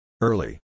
Early